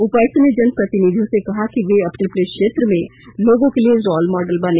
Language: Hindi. उपायुक्त ने जनप्रतिनिधियों से कहा कि वे अपने अपने क्षेत्र में लोगों के लिए रोल मॉडल बने